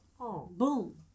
boom